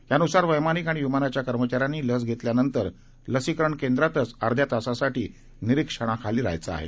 यानुसार वैमानिक आणि विमानांच्या कर्मचाऱ्यांनी लस घेतल्यानंतर ते लसीकरण केंद्रातच अर्ध्यातासाठी निरीक्षणाखाली असतील